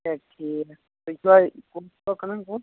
اچھا ٹھیٖک تُہۍ چھُوا کۄنٛگ چھُوا کٕنان کۄنٛگ